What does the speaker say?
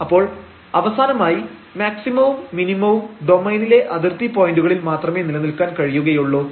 അപ്പോൾ അവസാനമായി മാക്സിമവും മിനിമവും ഡൊമൈനിലെ അതിർത്തി പോയന്റുകളിൽ മാത്രമേ നിലനിൽക്കാൻ കഴിയുകയുള്ളൂ